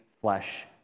flesh